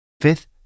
Fifth